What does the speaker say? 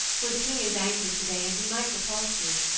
for the king is angry today and he might repulse you.